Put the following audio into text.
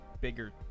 bigger